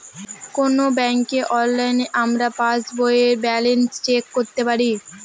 কোনো ব্যাঙ্কে অনলাইনে আমরা পাস বইয়ের ব্যালান্স চেক করতে পারি